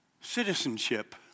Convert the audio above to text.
citizenship